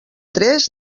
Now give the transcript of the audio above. tres